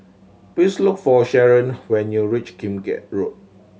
please look for Sharon when you reach Kim Keat Road